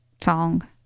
song